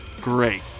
great